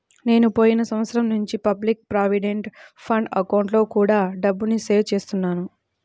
నేను పోయిన సంవత్సరం నుంచి పబ్లిక్ ప్రావిడెంట్ ఫండ్ అకౌంట్లో కూడా డబ్బుని సేవ్ చేస్తున్నాను